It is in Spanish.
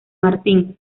martín